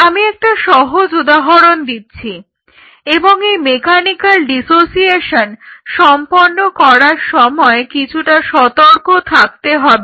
আমি একটা সহজ উদাহরণ দিচ্ছি এবং এই মেকানিক্যাল ডিসোসিয়েশন সম্পন্ন করার সময় কিছুটা সতর্ক থাকতে হবে